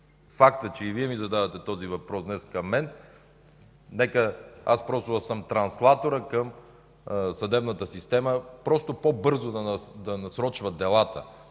факта, че и Вие задавате този въпрос днес към мен, нека аз просто да съм транслатора към съдебната система, просто по-бързо да насрочва делата,